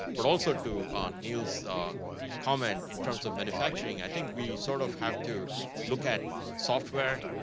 but also to um neil's comment, in terms of manufacturing, i think we sort of have to look at software,